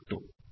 ठीक